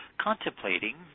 contemplating